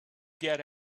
get